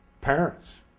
parents